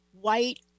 white